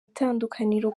itandukaniro